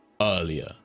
earlier